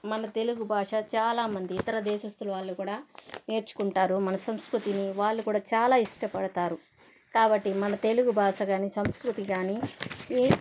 మన తెలుగు భాష చాలామంది ఇతర దేశస్తులు వాళ్ళు కూడా నేర్చుకుంటారు మన సంస్కృతిని వాళ్లు కూడా చాలా ఇష్టపడతారు కాబట్టి మన తెలుగు భాష కానీ సంస్కృతి కానీ